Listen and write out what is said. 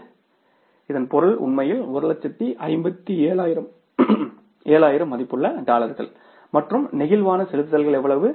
எனவே இதன் பொருள் உண்மையில் 157000 மதிப்புள்ள டாலர்கள் மற்றும் நெகிழ்வான செலுத்துதல்கள் எவ்வளவு